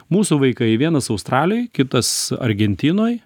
mūsų vaikai vienas australijoj kitas argentinoj